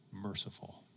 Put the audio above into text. merciful